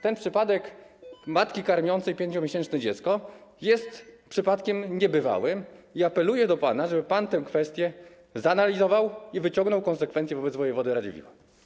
Ten przypadek matki karmiącej 5-miesięczne dziecko jest przypadkiem niebywałym i apeluję do pana, żeby pan tę kwestię zanalizował i wyciągnął konsekwencje wobec wojewody Radziwiłła.